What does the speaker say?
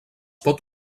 pot